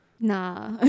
Nah